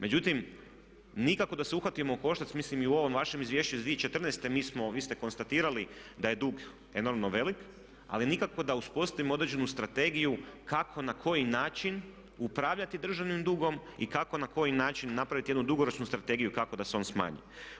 Međutim, nikako da se uhvatimo u koštac mislim i u ovom vašem izvješću iz 2014. mi smo, vi ste konstatirali da je dug enormno velik ali nikako da uspostavimo određenu strategiju kako, na koji način upravljati državnim dugom i kako i na koji način napraviti jednu dugoročnu strategiju kako da se on smanji.